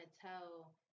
tell